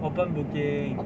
open booking